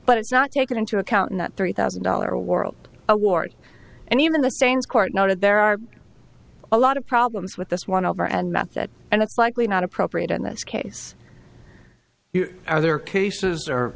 but it's not taken into account in that three thousand dollar world award and even the same court noted there are a lot of problems with this one over and method and it's likely not appropriate in this case are there cases